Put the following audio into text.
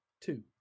two